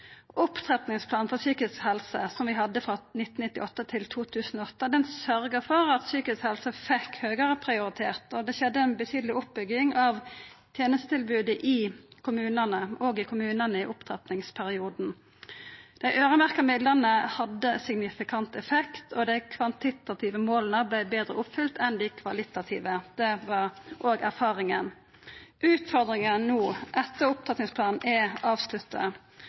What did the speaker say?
Opptrappingsplanen for psykisk helse, som vi hadde frå 1999 til 2008, sørgde for at psykisk helse fekk høgare prioritet, og det skjedde ei betydeleg oppbygging av tenestetilbodet òg i kommunane i opptrappingsperioden. Dei øyremerkte midlane hadde signifikant effekt, og dei kvantitative måla vart betre oppfylte enn dei kvalitative. Det var òg erfaringa. Utfordringa no, etter at opptrappingsplanen er avslutta,